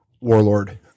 Warlord